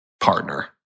partner